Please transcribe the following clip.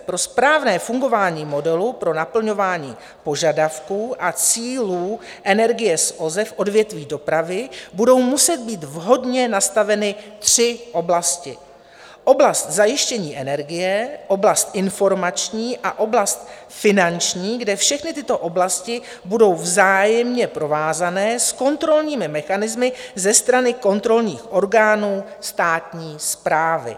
Pro správné fungování modulu pro naplňování požadavků a cílů energie z OZE v odvětví dopravy budou muset být vhodně nastaveny tři oblasti: oblast zajištění energie, oblast informační a oblast finanční, kdy všechny tyto oblasti budou vzájemně provázané s kontrolními mechanismy ze strany kontrolních orgánů státní správy.